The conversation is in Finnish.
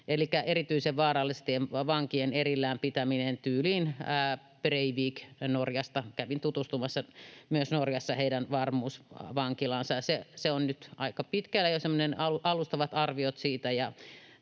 erityisen vaarallisten vankien erillään pitäminen tyyliin Breivik Norjasta — kävin tutustumassa myös Norjassa heidän varmuusvankilaansa. Siitä on nyt jo aika pitkällä alustavat arviot,